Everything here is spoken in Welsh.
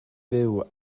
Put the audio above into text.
fyw